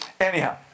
Anyhow